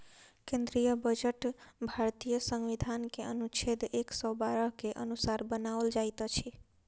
केंद्रीय बजट भारतीय संविधान के अनुच्छेद एक सौ बारह के अनुसार बनाओल जाइत अछि